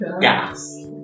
Gas